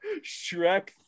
Shrek